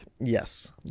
Yes